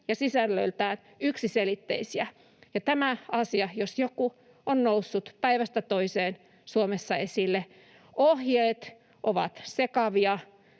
ja sisällöltään yksiselitteisiä.” Ja tämä asia, jos joku, on noussut päivästä toiseen Suomessa esille. Ohjeet ovat sekavia,